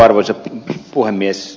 arvoisa puhemies